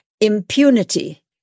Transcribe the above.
impunity